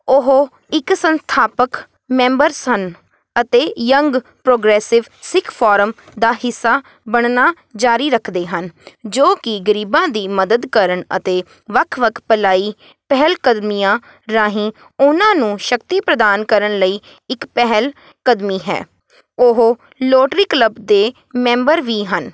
ਉਹ ਇੱਕ ਸੰਸਥਾਪਕ ਮੈਂਬਰ ਸਨ ਅਤੇ ਯੰਗ ਪ੍ਰੋਗਰੈਸਿਵ ਸਿੱਖ ਫੋਰਮ ਦਾ ਹਿੱਸਾ ਬਣਨਾ ਜਾਰੀ ਰੱਖਦੇ ਹਨ ਜੋ ਕਿ ਗਰੀਬਾਂ ਦੀ ਮਦਦ ਕਰਨ ਅਤੇ ਵੱਖ ਵੱਖ ਭਲਾਈ ਪਹਿਲਕਦਮੀਆਂ ਰਾਹੀਂ ਉਨ੍ਹਾਂ ਨੂੰ ਸ਼ਕਤੀ ਪ੍ਰਦਾਨ ਕਰਨ ਲਈ ਇੱਕ ਪਹਿਲਕਦਮੀ ਹੈ ਉਹ ਲੋਟਰੀ ਕਲੱਬ ਦੇ ਮੈਂਬਰ ਵੀ ਹਨ